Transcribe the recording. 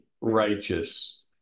righteous